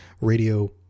radio